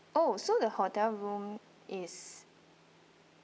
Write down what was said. oh so the hotel room is